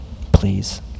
please